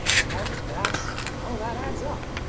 and that's, well that adds up.